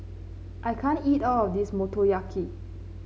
I can't eat all of this Motoyaki